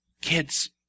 Kids